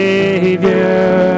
Savior